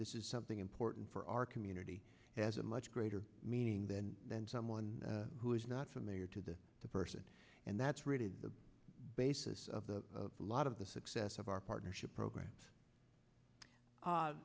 this is something important for our community has a much greater meaning than than someone who is not familiar to the person and that's really the basis of a lot of the success of our partnership program